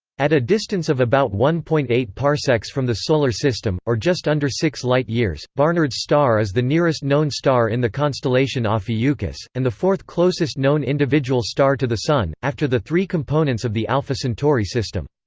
at a distance of about one point eight parsecs from the solar system, or just under six light-years, barnard's star is the nearest-known star in the constellation ophiuchus, and the fourth-closest known individual star to the sun, after the three components of the alpha centauri system.